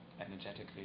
energetically